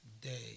day